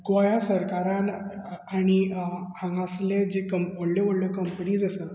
गोंयां सरकारान आनी हांगासल्या जे कंप व्हडले व्हडले कंपनींस आसा